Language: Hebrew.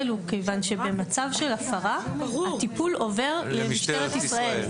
הוא כיוון שבמצב של הפרה הטיפול עובר למשטרת ישראל.